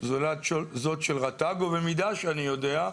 זולת זאת של רט"ג, ובמידה שאני יודע,